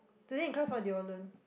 today in class what did you all learn